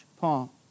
Paul